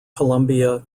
columbia